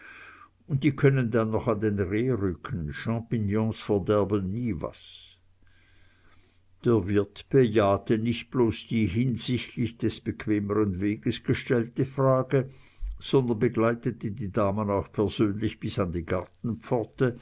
himmlisch die können dann noch an den rehrücken champignons verderben nie was der wirt bejahte nicht bloß die hinsichtlich des bequemeren weges gestellte frage sondern begleitete die damen auch persönlich bis an die gartenpforte